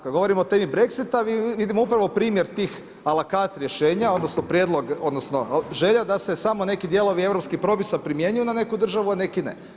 Kad govorimo o temi Brexit-a vidimo primjer tih … rješenja, odnosno prijedlog, odnosno želja da se samo neki dijelovi europskih propisa primjenjuju na neku državu, a neki ne.